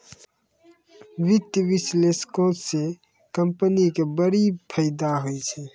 वित्तीय विश्लेषको से कंपनी के बड़ी फायदा होय छै